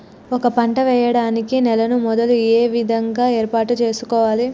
ఒక పంట వెయ్యడానికి నేలను మొదలు ఏ విధంగా ఏర్పాటు చేసుకోవాలి?